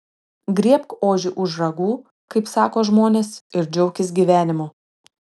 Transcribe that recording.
griebk ožį už ragų kaip sako žmonės ir džiaukis gyvenimu